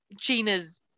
Gina's